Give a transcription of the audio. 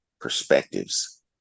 perspectives